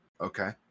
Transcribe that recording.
Okay